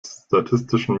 statistischen